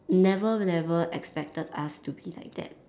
never never expected us to be like that